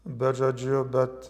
bet žodžiu bet